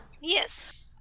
Yes